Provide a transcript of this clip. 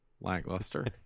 lackluster